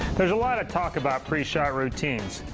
there's a lot of talk about pre-shot routines.